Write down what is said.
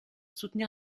soutenir